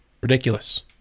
ridiculous